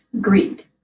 greed